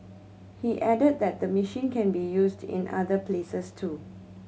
he added that the machine can be used in other places too